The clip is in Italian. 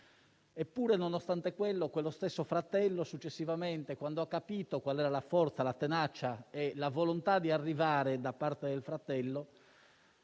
Eppure, nonostante quel gesto, quello stesso fratello successivamente, quando ha capito qual era la forza, la tenacia e la volontà di arrivare da parte del fratello,